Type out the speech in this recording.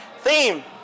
theme